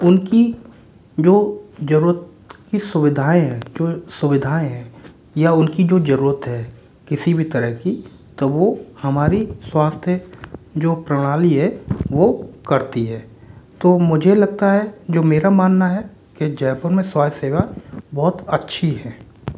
उनकी जो ज़रूरत की सुविधाएँ हैं जो सुविधाएँ हैं या उनकी जो ज़रूरत है किसी भी तरह की तो वो हमारी स्वास्थ्य जो प्रणाली है वो करती है तो मुझे लगता है जो मेरा मानना है कि जयपुर में स्वास्थ सेवा बहुत अच्छी है